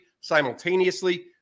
simultaneously